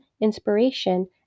inspiration